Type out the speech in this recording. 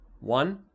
One